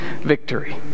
victory